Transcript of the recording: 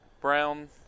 Brown